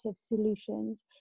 solutions